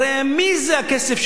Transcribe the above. הרי של מי הכסף?